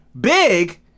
big